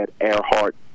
Earhart